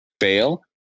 fail